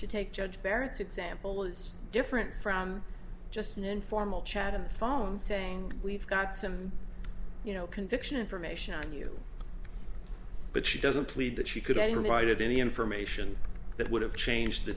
to take judge barrett's example is different from just an informal chat on the phone saying we've got some you know conviction information on you but she doesn't plead that she couldn't write any information that would have changed the